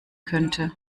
könnte